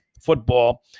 football